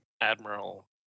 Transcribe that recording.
admiral